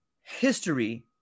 history